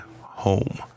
home